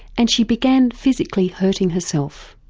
and she began physically hurting herself.